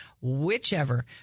whichever